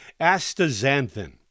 Astaxanthin